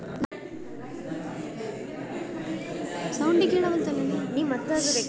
ನಾವ ಹಾಕಿದ ರೊಕ್ಕ ಹೆಚ್ಚು, ಕಮ್ಮಿ ಆಗೆದ ಅಂತ ನನ ಫೋನಿಗ ಮೆಸೇಜ್ ಬರ್ತದ?